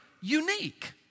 unique